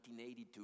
1982